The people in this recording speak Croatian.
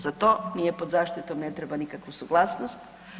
Za to nije pod zaštitom, ne treba nikakvu suglasnost.